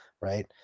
right